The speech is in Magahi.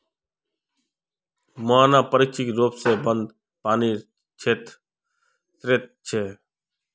मुहाना पार्श्विक र्रोप से बंद पानीर श्रोत छे